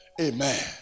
Amen